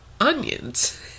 onions